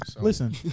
Listen